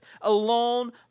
alone